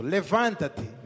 Levanta-te